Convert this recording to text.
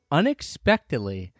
unexpectedly